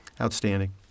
Outstanding